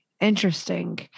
Interesting